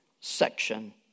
section